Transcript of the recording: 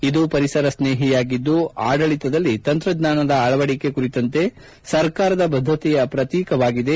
ಇದು ಪರಿಸರ ಸ್ನೇಹಿಯಾಗಿದ್ದು ಆಡಳತದಲ್ಲಿ ತಂತ್ರಜ್ಞಾನದ ಅಳವಡಿಕೆ ಕುರಿತಂತೆ ಸರ್ಕಾರದ ಬದ್ದತೆಯ ಪ್ರತೀಕವಾಗಿದೆ